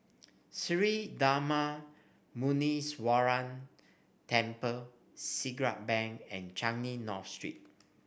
Sri Darma Muneeswaran Temple Siglap Bank and Changi North Street